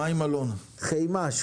חימ"ש.